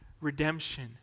redemption